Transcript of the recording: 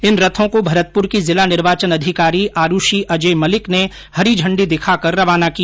इन रथों को भरतपुर की जिला निर्वाचन अधिकारी अरूषी अजैय मलिक ने हरी झंडी दिखाकर रवाना किया